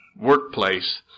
workplace